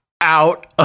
out